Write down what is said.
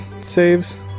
saves